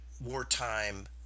wartime